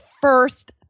first